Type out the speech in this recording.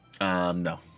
No